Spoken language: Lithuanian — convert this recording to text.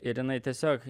ir jinai tiesiog